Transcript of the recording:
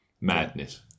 madness